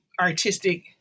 artistic